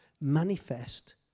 Manifest